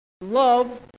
love